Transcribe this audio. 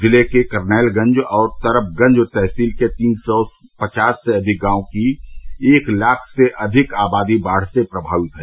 जिले के करनैलगंज और तरबगंज तहसील के तीन सौ पचास से अधिक गांव की एक लाख से अधिक आबादी बाढ़ से प्रभावित है